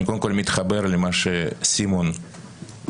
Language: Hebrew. קודם כל, אני מתחבר למה שחבר הכנסת